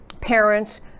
parents